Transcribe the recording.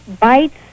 bites